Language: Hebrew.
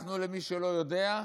אנחנו, למי שלא יודע,